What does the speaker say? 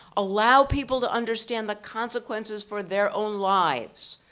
allow people to understand the consequences for their own lives,